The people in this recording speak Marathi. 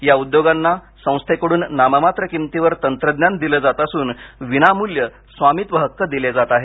या उद्योगांना संस्थेकडून नाममात्र किंमतीवर तंत्रज्ञान दिलं जात असून विनामूल्य स्वामित्व हक्क दिले जात आहेत